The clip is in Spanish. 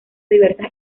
diversas